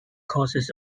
causes